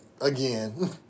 again